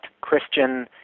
Christian